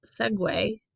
segue